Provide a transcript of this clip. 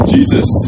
Jesus